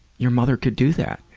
your mother could do that.